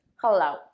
Hello